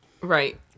Right